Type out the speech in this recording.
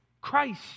Christ